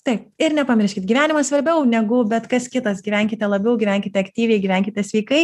taip ir nepamirškit gyvenimas svarbiau negu bet kas kitas gyvenkite labiau gyvenkite aktyviai gyvenkite sveikai